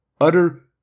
utter